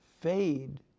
fade